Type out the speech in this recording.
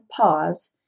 pause